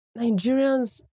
Nigerians